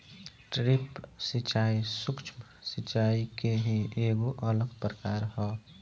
drip सिंचाई, सूक्ष्म सिचाई के ही एगो अलग प्रकार ह